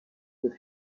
with